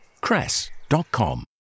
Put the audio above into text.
cress.com